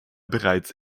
bereits